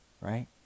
right